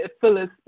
Phyllis